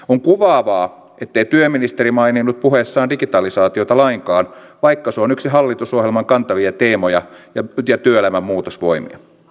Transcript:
on kuvaavaa ettei työministeri maininnut puheessaan digitalisaatiota lainkaan vaikka se on yksi hallitusohjelman kantavia teemoja ja työelämän muutosvoimia